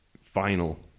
final